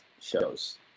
shows